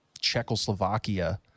Czechoslovakia